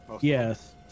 Yes